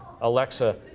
Alexa